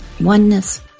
oneness